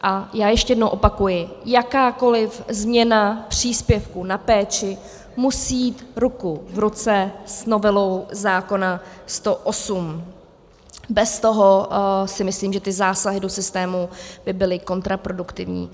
A já ještě jednou opakuji, jakákoli změna příspěvku na péči musí jít ruku v ruce s novelou zákona 108, bez toho, si myslím, že ty zásahy do systému by byly kontraproduktivní.